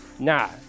Nah